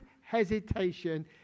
hesitation